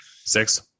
Six